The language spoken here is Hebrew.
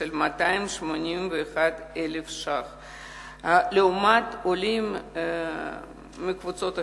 281,000 שקלים, לעומת עולים מקבוצות אחרות,